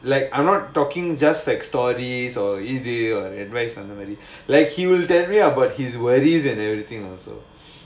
like I'm not talking just like stories or இது:idhu or advice அந்த மாதிரி:andha maadhiri like he will tell me about his worries and everything also